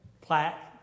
Plaque